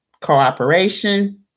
cooperation